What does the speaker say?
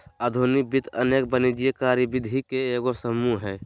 आधुनिक वित्त अनेक वाणिज्यिक कार्यविधि के एगो समूह हइ